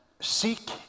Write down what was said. seek